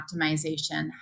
optimization